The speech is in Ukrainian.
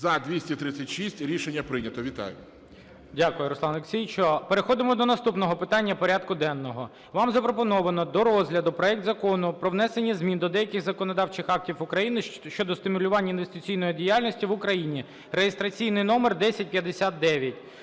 16:56:02 ГОЛОВУЮЧИЙ. Дякую, Руслане Олексійовичу. Переходимо до наступного питання порядку денного. Вам запропоновано до розгляду проект Закону про внесення змін до деяких законодавчих актів України щодо стимулювання інвестиційної діяльності в Україні (реєстраційний номер 1059).